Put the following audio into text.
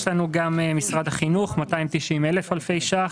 יש לנו גם משרד החינוך, 290,000 אלפי ₪.